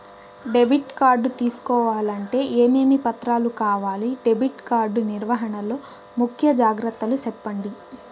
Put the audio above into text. Debit card తీసుకోవాలంటే ఏమేమి పత్రాలు కావాలి? డెబిట్ కార్డు నిర్వహణ లో ముఖ్య జాగ్రత్తలు సెప్పండి?